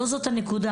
לא זאת הנקודה.